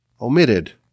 omitted